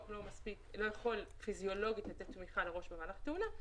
לא יכול פיזיולוגית לתת תמיכה לראש במהלך תאונה,